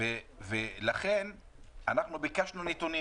לכן אנחנו ביקשנו נתונים